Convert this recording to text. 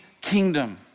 kingdom